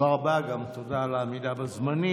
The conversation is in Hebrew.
תודה גם על העמידה בזמנים.